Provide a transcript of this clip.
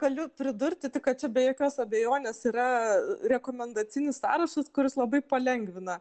galiu pridurti tik kad čia be jokios abejonės yra rekomendacinis sąrašas kuris labai palengvina